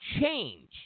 change